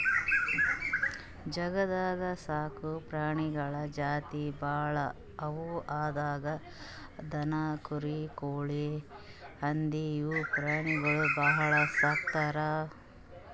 ಜಗತ್ತ್ನಾಗ್ ಸಾಕ್ ಪ್ರಾಣಿಗಳ್ ಜಾತಿ ಭಾಳ್ ಅವಾ ಅದ್ರಾಗ್ ದನ, ಕುರಿ, ಕೋಳಿ, ಹಂದಿ ಇವ್ ಪ್ರಾಣಿಗೊಳ್ ಭಾಳ್ ಸಾಕ್ತರ್